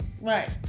Right